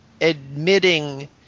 admitting